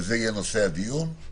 וזה יהיה נושא הדיון.